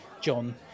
John